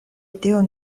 tiun